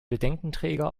bedenkenträger